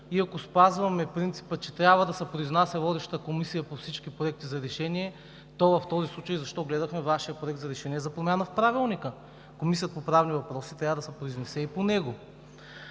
и, ако спазваме принципа, че трябва да се произнася водещата комисия по всички проекти за решение, то в този случай защо гледахме Вашия Проект за решение за промяна в Правилника? Комисията по правни въпроси трябва да се произнесе и по него.